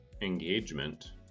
engagement